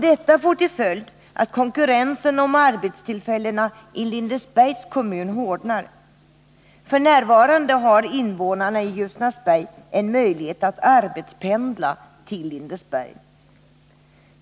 Detta får till följd att konkurrensen om arbetstillfällena i Lindesbergs kommun hårdnar. F. n. har invånarna i Ljusnarsberg en möjlighet att arbetspendla till Lindesberg.